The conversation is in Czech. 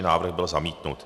Návrh byl zamítnut.